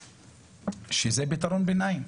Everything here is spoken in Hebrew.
שזה פתרון ביניים.